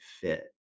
fit